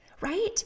right